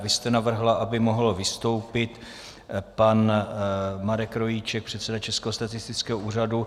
Vy jste navrhla, aby mohl vystoupit pan Marek Rojíček, předseda Českého statistického úřadu.